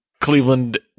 Cleveland